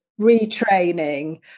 retraining